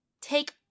take